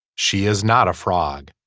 she is not a frog.